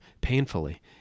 painfully